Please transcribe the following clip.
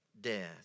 death